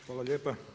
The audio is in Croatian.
Hvala lijepa.